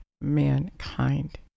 mankind